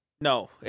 No